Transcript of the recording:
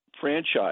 franchise